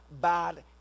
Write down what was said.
bad